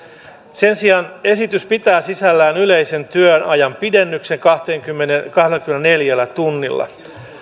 sen sijaan esitys pitää sisällään yleisen työajan pidennyksen kahdellakymmenelläneljällä tunnilla